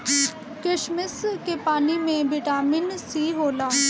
किशमिश के पानी में बिटामिन सी होला